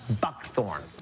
buckthorn